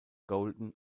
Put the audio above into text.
golden